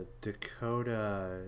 dakota